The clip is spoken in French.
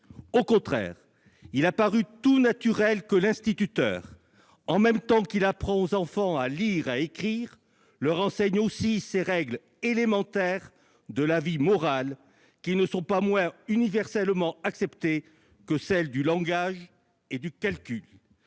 Au contraire, il a paru tout naturel que l'instituteur, en même temps qu'il apprend aux enfants à lire et à écrire, leur enseigne aussi ces règles élémentaires de la vie morale qui ne sont pas moins universellement acceptées que celles du langage et du calcul.